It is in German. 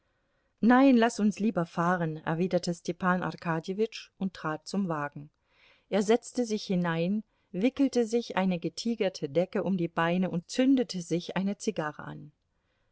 nein laß uns lieber fahren erwiderte stepan arkadjewitsch und trat zum wagen er setzte sich hinein wickelte sich eine getigerte decke um die beine und zündete sich eine zigarre an